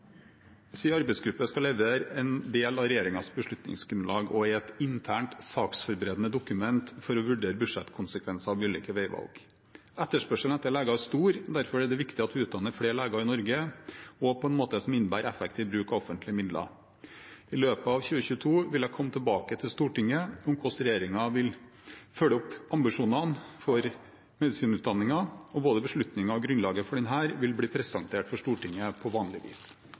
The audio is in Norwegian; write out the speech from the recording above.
skal levere, er en del av regjeringens beslutningsgrunnlag og er et internt saksforberedende dokument for å vurdere budsjettkonsekvenser av ulike veivalg. Etterspørselen etter leger er stor. Derfor er det viktig at vi utdanner flere leger i Norge, også på en måte som innebærer effektiv bruk av offentlige midler. I løpet av 2022 vil jeg komme tilbake til Stortinget om hvordan regjeringen vil følge opp ambisjonene for medisinutdanningen, og både beslutningen og grunnlaget for denne vil bli presentert for Stortinget på vanlig vis.